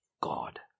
God